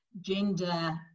gender